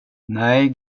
nej